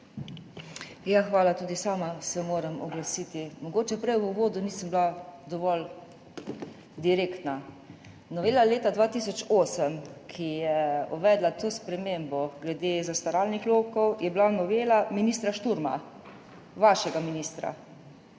Hvala. Tudi sama se moram oglasiti. Mogoče prej v uvodu nisem bila dovolj direktna. Novela leta 2008, ki je uvedla to spremembo glede zastaralnih rokov, je bila novela ministra Šturma, vašega ministra.